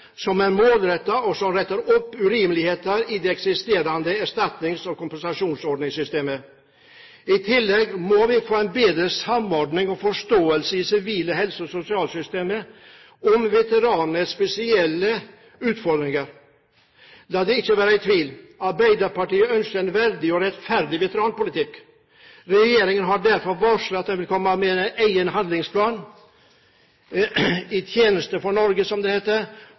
som er målrettet, og som retter opp urimeligheter i det eksisterende erstatnings- og kompensasjonsordningssystemet. I tillegg må vi få en bedre samordning av og forståelse i det sivile helse- og sosialsystemet for veteranenes spesielle utfordringer. La det ikke være tvil: Arbeiderpartiet ønsker en verdig og rettferdig veteranpolitikk. Regjeringen har derfor varslet at den vil komme med en egen handlingsplan – «I tjeneste for Norge», som den heter